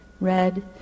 Red